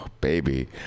baby